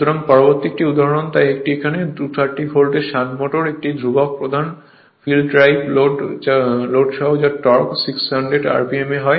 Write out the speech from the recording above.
সুতরাং পরবর্তী একটি উদাহরণ তাই একটি 230 ভোল্টের শান্ট মোটর একটি ধ্রুবক প্রধান ফিল্ড ড্রাইভ লোড সহ যার টর্ক 600 rpm এ হয়